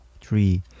three